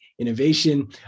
innovation